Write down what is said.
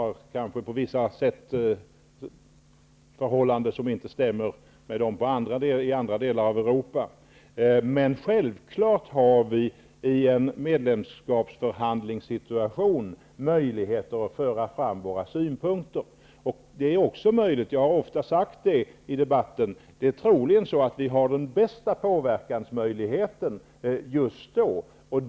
Vi har på vissa sätt förhållanden som inte stämmer överens med förhållanden i andra delar av Europa. Men självklart har vi i en medlemskapsförhandlingssituation möjligheter att föra fram våra synpunkter. Jag har ofta i debatter sagt att vi troligen har de bästa påverkansmöjligheterna just då.